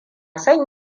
son